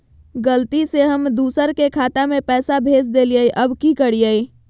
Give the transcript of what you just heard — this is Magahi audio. गलती से हम दुसर के खाता में पैसा भेज देलियेई, अब की करियई?